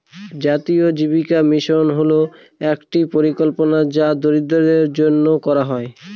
জাতীয় জীবিকা মিশন হল একটি পরিকল্পনা যা দরিদ্রদের জন্য করা হয়